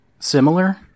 similar